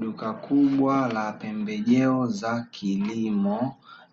Duka kubwa la pembejeo na kilimo,